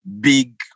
big